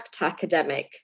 academic